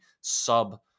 sub